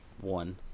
one